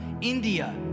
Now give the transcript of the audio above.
India